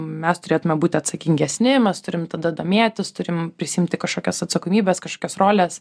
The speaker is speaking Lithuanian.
mes turėtume būti atsakingesni mes turim tada domėtis turim prisiimti kažkokias atsakomybes kažkokias roles